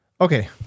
Okay